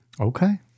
Okay